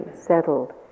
settled